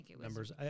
numbers